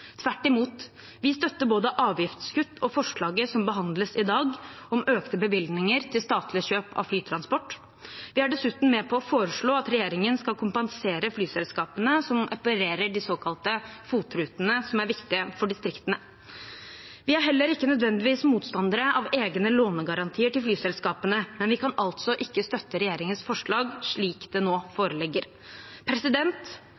tvert imot. Vi støtter både avgiftskutt og forslaget som behandles i dag om økte bevilgninger til statlig kjøp av flytransport. Vi er dessuten med på å foreslå at regjeringen skal kompensere de flyselskapene som opererer de såkalte FOT-rutene, som er viktige for distriktene. Vi er heller ikke nødvendigvis motstandere av egne lånegarantier til flyselskapene, men vi kan altså ikke støtte regjeringens forslag slik det nå